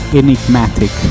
enigmatic